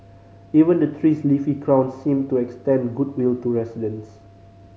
even the tree's leafy crown seemed to extend goodwill to residents